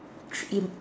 treat him